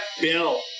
Bill